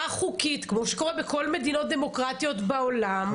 חוקית כמו שקורה בכל המדינות הדמוקרטיות בעולם,